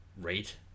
rate